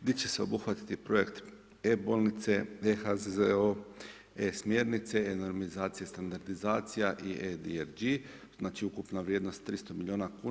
gdje će se obuhvatiti projekt e-bolnice, e-HZZO, e-smjernice, e-normizacija i standardizacija i e- ... Znači ukupna vrijednost 300 miliona kuna.